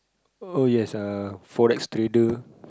uh yes uh Forex trader